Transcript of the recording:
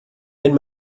wenn